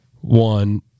one